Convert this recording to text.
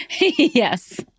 Yes